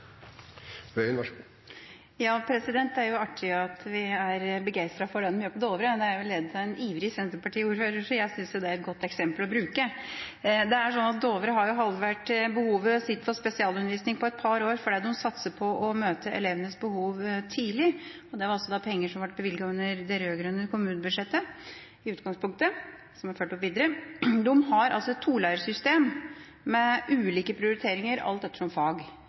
artig at vi er begeistret for det en gjør på Dovre. Det er ledet av en ivrig senterpartiordfører, så jeg synes jo det er et godt eksempel å bruke. Dovre har halvert behovet sitt for spesialundervisning på et par år fordi de satser på å møte elevenes behov tidlig, og her er det snakk om penger som i utgangspunktet ble bevilget under det rød-grønne kommunebudsjettet, og som er fulgt opp videre. De har et tolærersystem med ulike prioriteringer, alt etter fag,